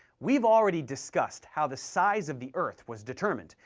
we've already discussed how the size of the earth was determined,